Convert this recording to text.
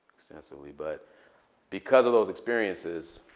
extensively. but because of those experiences,